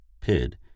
Pid